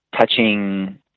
touching